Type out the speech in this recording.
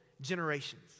generations